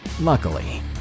Luckily